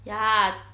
ya